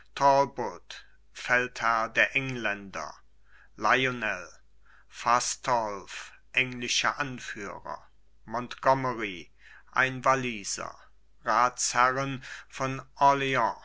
feldherr der engelländer lionel fastolf englische anführer montgomery ein walliser ratsherren von